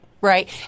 right